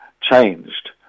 changed